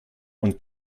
und